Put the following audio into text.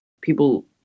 People